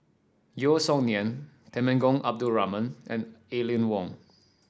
Yeo Song Nian Temenggong Abdul Rahman and Aline Wong